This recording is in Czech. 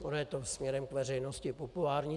Ono je to směrem k veřejnosti populární.